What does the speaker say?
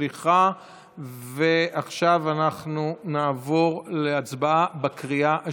ועכשיו אנחנו נעבור להצבעה בקריאה השלישית.